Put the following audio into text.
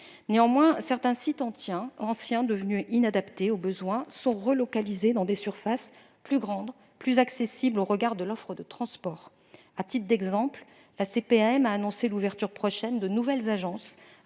Néanmoins, certains sites anciens, devenus inadaptés aux besoins, sont relocalisés dans des surfaces plus grandes et plus accessibles au regard de l'offre de transports. À titre d'exemple, la CPAM a annoncé l'ouverture prochaine de nouvelles agences